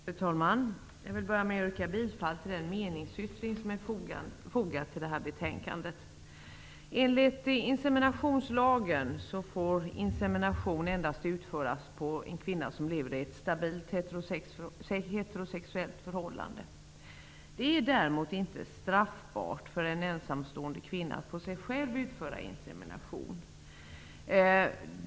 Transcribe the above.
Fru talman! Jag vill börja med att yrka bifall till den meningsyttring som är fogad till betänkandet. Enligt inseminationslagen får insemination endast utföras på en kvinna som lever i ett stabilt heterosexuellt förhållande. Det är däremot inte straffbart för en ensamstående kvinna att på sig själv utföra insemination.